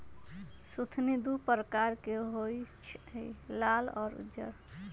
सुथनि दू परकार के होई छै लाल आ उज्जर